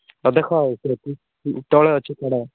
ହଉ ଦେଖ ଆଉ ତଳେ ଅଛି ସେଇଟା